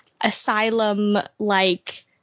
asylum-like